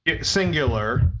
singular